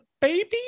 baby